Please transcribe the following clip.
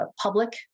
public